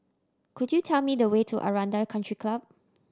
could you tell me the way to Aranda Country Club